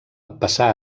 passà